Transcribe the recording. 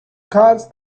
kalz